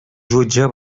jutge